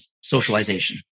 socialization